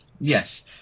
Yes